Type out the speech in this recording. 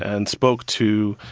and spoke to,